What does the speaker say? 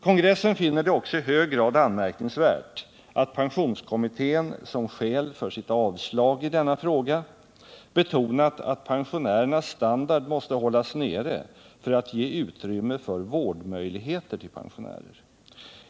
Kongressen finner det också i hög grad anmärkningsvärt att pensionskommittén som skäl för sitt avslag i denna fråga betonat att pensionärernas standard måste hållas nere för att ge utrymme för vårdmöjligheter till pensionärer.